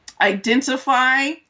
identify